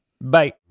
Bye